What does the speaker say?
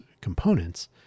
components